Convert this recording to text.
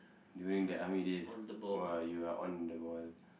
during the army days !wah! you are on the ball